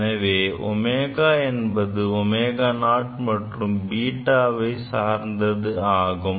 எனவே ω என்பது ω0 மற்றும் β சார்ந்ததாகும்